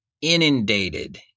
inundated